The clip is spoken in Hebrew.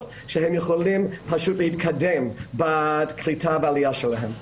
שהם יוכלו פשוט להתקדם בקליטה והעלייה שלהם.